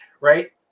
right